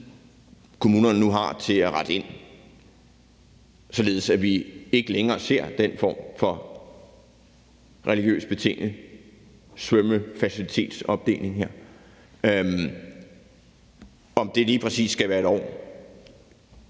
kommunerne nu har til at rette ind, således at vi ikke længere ser den form for religiøst betinget svømmefacilitetsopdeling. Om det lige præcis skal være et år,